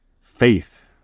faith